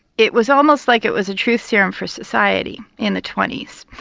it was almost like it was a truth serum for society in the twenty s,